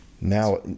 now